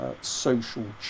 social